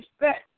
respect